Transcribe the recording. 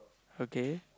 okay